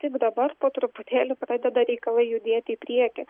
tik dabar po truputėlį pradeda reikalai judėti į priekį